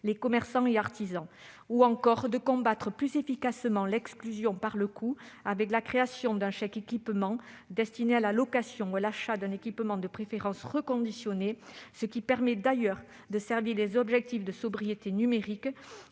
aux commerçants et aux artisans, ou encore de combattre plus efficacement l'exclusion par le coût, avec la création d'un chèque-équipement destiné à la location ou à l'achat d'un équipement de préférence reconditionné, ce qui permet d'ailleurs de servir les objectifs de sobriété numérique